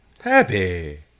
Happy